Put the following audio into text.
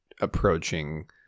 approaching